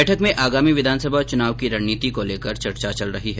बैठक में आगामी विधानसभा चुनाव की रणनीति को लेकर चर्चा की जा रही है